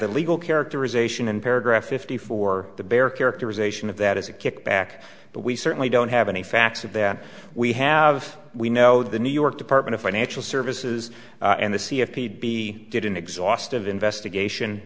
the legal characterization and paragraph fifty four the bare characterization of that as a kickback but we certainly don't have any facts of that we have we know the new york department of financial services and the see if he'd be did an exhaustive investigation